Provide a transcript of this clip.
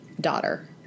daughter